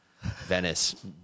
Venice